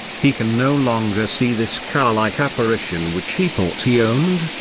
he can no longer see this car-like apparition which he thought he owned,